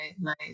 right